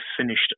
finished